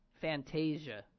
Fantasia